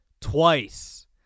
twice